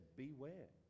beware